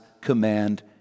command